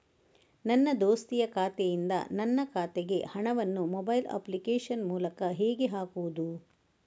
ನನ್ನ ದೋಸ್ತಿಯ ಖಾತೆಯಿಂದ ನನ್ನ ಖಾತೆಗೆ ಹಣವನ್ನು ಮೊಬೈಲ್ ಅಪ್ಲಿಕೇಶನ್ ಮೂಲಕ ಹೇಗೆ ಹಾಕುವುದು?